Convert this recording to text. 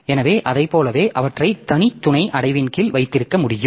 எனவே அதைப் போலவே அவற்றை தனி துணை அடைவின் கீழ் வைத்திருக்க முடியும்